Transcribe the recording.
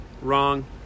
Wrong